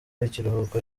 ikiruhuko